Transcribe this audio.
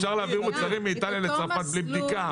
אפשר להעביר מוצרים מאיטליה לצרפת בלי בדיקה.